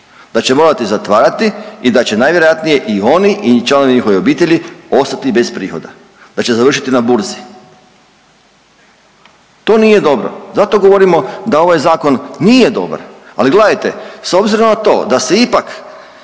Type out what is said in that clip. da će morati zatvarati i da će najvjerojatnije i oni i članovi njihove obitelji ostati bez prihoda, da će završiti na burzi. To nije dobro. Zato govorimo da ovaj zakon nije dobar, ali gledajte s obzirom na to da se ipak